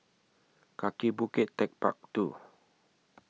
Kaki Bukit Techpark two